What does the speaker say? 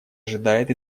ожидает